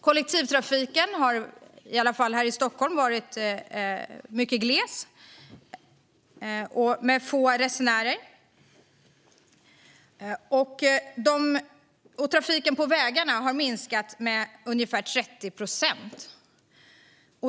Kollektivtrafiken har i varje fall här i Stockholm varit mycket gles och med få resenärer. Trafiken på vägarna har minskat med ungefär 30 procent.